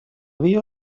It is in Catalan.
dia